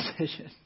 decision